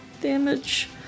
damage